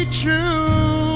true